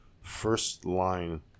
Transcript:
first-line